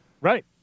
Right